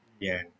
ya